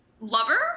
lover